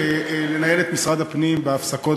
לנהל את משרד הפנים בהפסקות,